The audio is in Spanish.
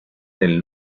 del